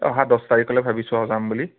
অহা দহ তাৰিখলৈ ভাবিছোঁ আৰু যাম বুলি